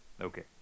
okay